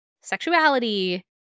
sexuality